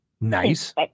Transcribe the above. nice